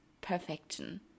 perfection